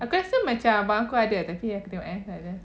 aku rasa macam abang aku ada nanti aku tengok eh kalau ada